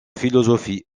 philosophie